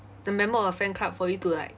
the member of the fan club for you to like